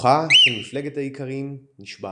כוחה של מפלגת האיכרים נשבר.